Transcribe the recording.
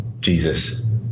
Jesus